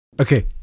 Okay